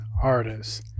artists